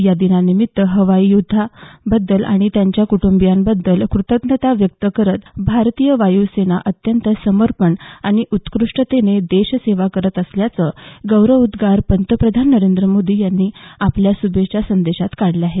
या दिनानिमित्त हवाई योद्धांबद्दल आणि त्यांच्या कुटूंबियांबद्दल कृतज्ञता व्यक्त करत भारतीय वायू सेना अत्यंत समर्पण आणि उत्कृष्टतेने देश सेवा करत असल्याचे गौरवोद्गार पंतप्रधान नरेंद्र मोदी यांनी आपल्या शुभेच्छा संदेशात काढले आहेत